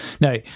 no